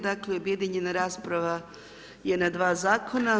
Dakle, objedinjena rasprava je na 2 Zakona.